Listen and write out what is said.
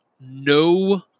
no